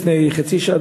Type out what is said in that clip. לפני כחצי שעה,